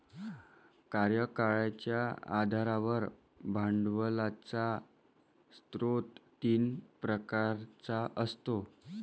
कार्यकाळाच्या आधारावर भांडवलाचा स्रोत तीन प्रकारचा असतो